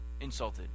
insulted